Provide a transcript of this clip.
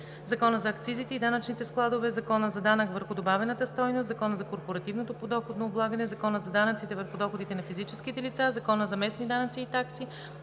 Закона за акцизите и данъчните складове, Закона за данък върху добавената стойност, Закона за корпоративното подоходно облагане, Закона за данъците върху доходите на физическите лица, Закона за местните данъци и такси,